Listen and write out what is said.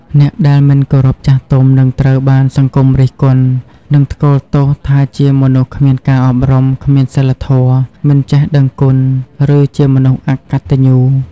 អ្នកដែលមិនគោរពចាស់ទុំ នឹងត្រូវបានសង្គមរិះគន់ និងថ្កោលទោសថាជាមនុស្សគ្មានការអប់រំ គ្មានសីលធម៌ មិនចេះដឹងគុណ ឬជាមនុស្សអកត្តញ្ញូ។